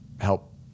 help